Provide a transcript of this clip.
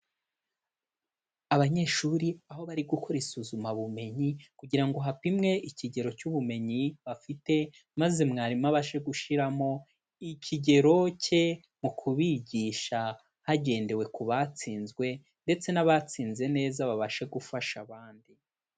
Abanyeshuri aho bari gukora isuzumabumenyi kugira ngo hapimwe ikigero cy'ubumenyi bafite, maze mwarimu abashe gushyiramo ikigero cye mu kubigisha hagendewe ku batsinzwe ndetse n'abatsinze neza babashe gufasha abandi.